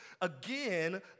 Again